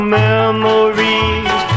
memories